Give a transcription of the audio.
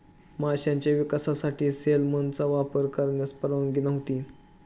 माशांच्या विकासासाठी सेलमनचा वापर करण्यास परवानगी नव्हती